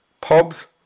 pubs